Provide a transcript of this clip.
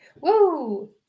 Woo